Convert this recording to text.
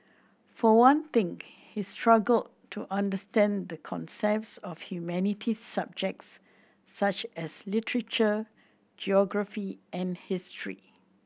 for one thing he struggled to understand the concepts of humanities subjects such as literature geography and history